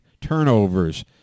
turnovers